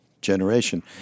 generation